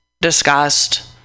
discussed